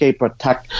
protect